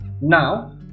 Now